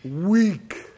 weak